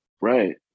right